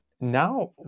Now